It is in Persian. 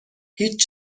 هیچ